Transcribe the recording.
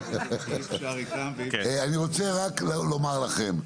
אני רוצה רק לומר לכם,